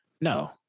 no